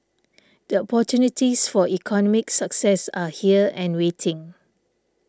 the opportunities for economic success are here and waiting